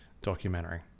documentary